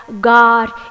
God